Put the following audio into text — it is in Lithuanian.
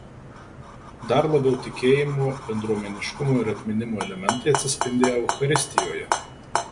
dar labiau tikėjimo bendruomeniškumo ir atminimo elementai atsispindi eucharistijoje